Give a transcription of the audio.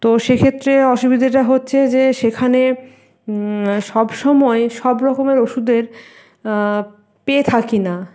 তো সেক্ষেত্রে অসুবিধেটা হচ্ছে যে সেখানে সবসময়ে সব রকমের ওষুধের পেয়ে থাকি না